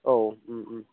औ